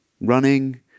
Running